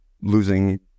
losing